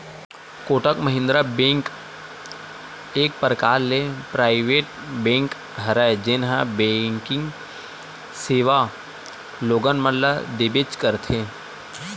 Kotak Mahindra bank एक परकार ले पराइवेट बेंक हरय जेनहा बेंकिग सेवा लोगन मन ल देबेंच करथे